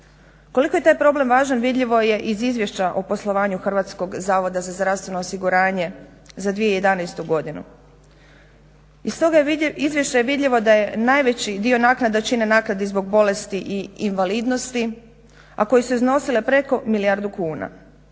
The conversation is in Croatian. Koliko je taj problem važan vidljivo je iz Izvješća o poslovanju HZZO-a za 2011. godinu. Iz toga izvješća je vidljivo da najveći dio naknada čine naknade zbog bolesti i invalidnosti, a koje su iznosile preko milijardu kuna.